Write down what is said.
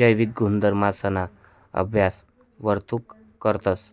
जैविक गुणधर्मसना अभ्यास वरथून करतस